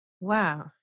Wow